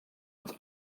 uns